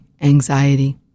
anxiety